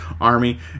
Army